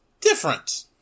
different